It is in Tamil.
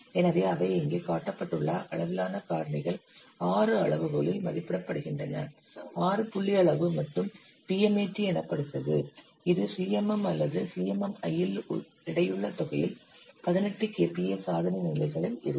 எனவே அவை இங்கே காட்டப்பட்டுள்ள அளவிலான காரணிகள் 6 அளவுகோலில் மதிப்பிடப்படுகின்றன 6 புள்ளி அளவு மற்றும் PMAT எனப்படுகிறது இது CMM அல்லது CMMI யில் எடையுள்ள தொகையில் 18 KPA சாதனை நிலைகளில் இருக்கும்